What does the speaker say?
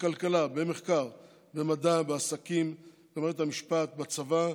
בכלכלה, במחקר, במדע, בעסקים, במערכת המשפט, בצבא,